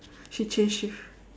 she change shift